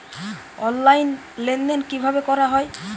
Online লেনদেন কিভাবে করা হয়?